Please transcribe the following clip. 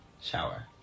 Shower